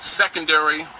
secondary